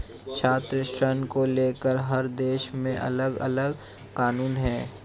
छात्र ऋण को लेकर हर देश में अलगअलग कानून है